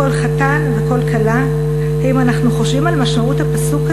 קול חתן וקול כלה" אם אנחנו חושבים על משמעות הפסוק הזה,